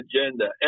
agenda